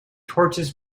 torches